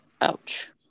Ouch